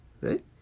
right